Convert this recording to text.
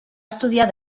estudiar